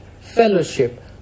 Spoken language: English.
fellowship